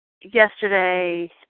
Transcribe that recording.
Yesterday